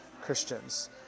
Christians